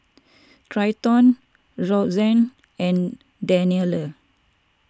Treyton Roxane and Daniela